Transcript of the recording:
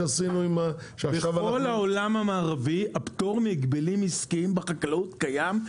בכל העולם המערבי הפטור מהגבלים עסקיים בחקלאות קיים,